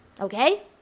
Okay